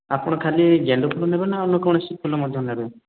ଆପଣ ଖାଲି ଗେଣ୍ଡୁ ଫୁଲ ନେବେ ନା ଅନ୍ୟ କୌଣସି ଫୁଲ ମଧ୍ୟ ନେବେ